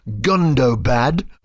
Gundobad